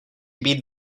být